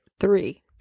three